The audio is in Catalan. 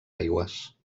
aigües